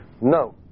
No